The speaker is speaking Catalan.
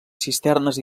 cisternes